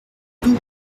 peu